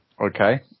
Okay